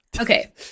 okay